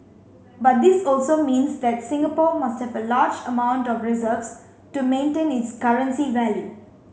but this also means that Singapore must have a large amount of reserves to maintain its currency value